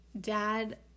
dad